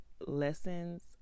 lessons